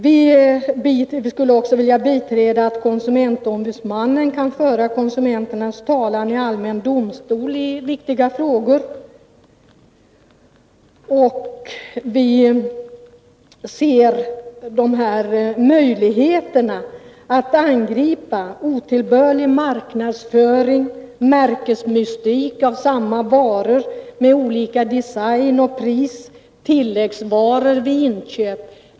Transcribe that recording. Vi skulle också vilja att konsumentombudsmannen kunde föra konsumenternas talan vid allmän domstol i viktiga frågor. Det bör finnas möjligheter att angripa otillbörlig marknadsföring, märkesmystik när det gäller varor med olika design och pris, samt tilläggsvaror vid inköp.